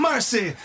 Mercy